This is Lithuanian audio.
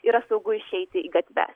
yra saugu išeiti į gatves